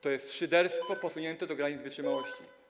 To jest szyderstwo posunięte do granic wytrzymałości.